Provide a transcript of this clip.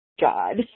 God